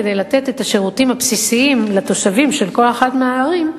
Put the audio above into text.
כדי לתת את השירותים הבסיסיים לתושבים של כל אחת מהערים,